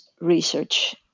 research